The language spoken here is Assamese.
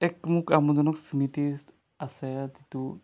এক মোৰ আমোদজনক স্মৃতি আছে যিটো